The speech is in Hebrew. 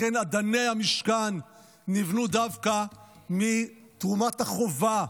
לכן אדני המשכן נבנו דווקא מתרומת החובה,